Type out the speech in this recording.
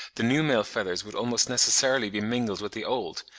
the new male feathers would almost necessarily be mingled with the old,